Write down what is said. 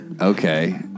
Okay